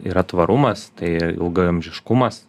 yra tvarumas tai ilgaamžiškumas